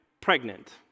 Pregnant